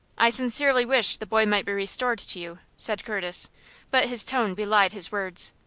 i sincerely wish the boy might be restored to you, said curtis but his tone belied his words.